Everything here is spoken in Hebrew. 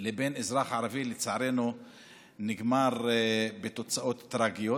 לבין אזרח ערבי לצערנו נגמר בתוצאות טרגיות.